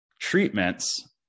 treatments